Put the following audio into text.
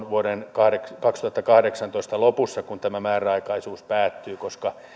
vuoden kaksituhattakahdeksantoista lopussa kun tämä määräaikaisuus päättyy koska